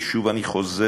ושוב אני חוזר,